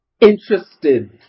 interested